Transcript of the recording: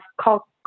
call